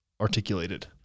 articulated